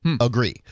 agree